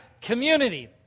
community